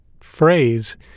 phrase